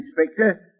Inspector